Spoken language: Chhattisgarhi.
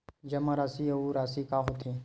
जमा राशि अउ राशि का होथे?